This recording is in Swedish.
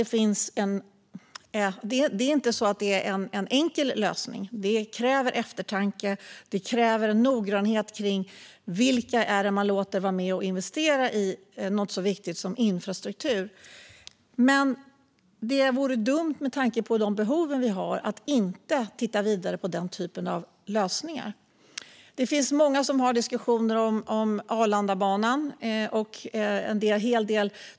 Det är ingen enkel lösning, för det kräver eftertanke och noggrannhet avseende vilka det är man låter vara med och investera i något så viktigt som infrastruktur. Men med tanke på de behov vi har vore det dumt att inte titta vidare på den typen av lösningar. Det finns många som diskuterar Arlandabanan.